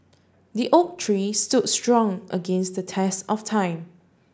the oak tree stood strong against the test of time